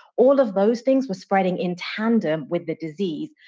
all of those things were spreading in tandem with the disease.